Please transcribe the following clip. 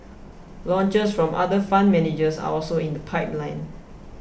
launches from other fund managers are also in the pipeline